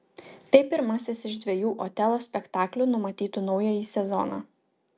tai pirmasis iš dviejų otelo spektaklių numatytų naująjį sezoną